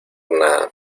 nada